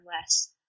less